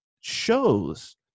shows